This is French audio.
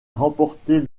remporter